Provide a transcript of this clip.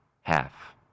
half